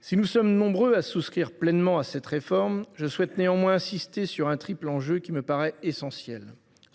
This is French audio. Si nous sommes nombreux à souscrire pleinement à cette réforme, je souhaite néanmoins insister sur un triple enjeu qui me paraît essentiel :